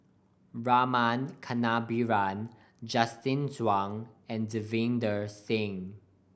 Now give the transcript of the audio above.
Rama Kannabiran Justin Zhuang and Davinder Singh